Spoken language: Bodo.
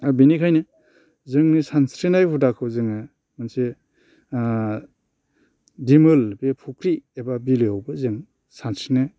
दा बेनिखायनो जोंनि सानस्रिनाय हुदाखौ जोङो मोनसे दिमोल बे फख्रि एबा बिलोआवबो जों सानस्रिनो